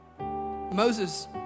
Moses